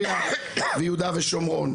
והפריפריה ויהודה ושומרון.